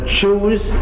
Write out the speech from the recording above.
choose